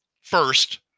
First